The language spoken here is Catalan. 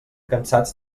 cansats